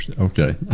okay